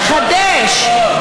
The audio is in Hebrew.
תחדש,